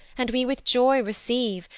and we with joy receive,